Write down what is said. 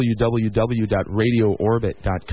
www.radioorbit.com